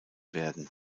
werden